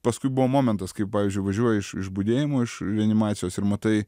paskui buvo momentas kai pavyzdžiui važiuoji iš iš budėjimo iš reanimacijos ir matai